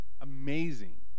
Amazing